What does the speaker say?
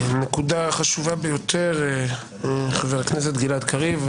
נקודה חשובה ביותר, חבר הכנסת גלעד קריב.